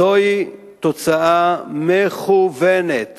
זוהי תוצאה מכוונת